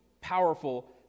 powerful